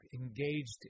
engaged